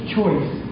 choice